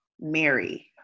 Mary